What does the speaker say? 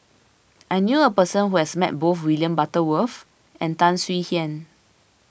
I knew a person who has met both William Butterworth and Tan Swie Hian